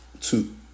two